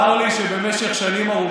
ראש הממשלה כבר אמר, צר לי שבמשך שנים ארוכות